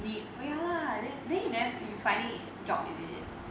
你 ya lah then then you never you finding job is it